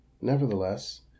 nevertheless